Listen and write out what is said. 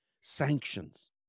sanctions